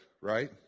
right